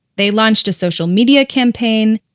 they launched a social media campaign,